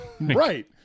Right